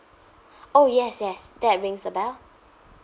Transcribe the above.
oh yes yes that rings a bell